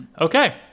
Okay